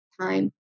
time